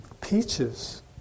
peaches